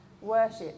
worship